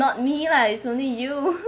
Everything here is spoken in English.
not me lah it's only you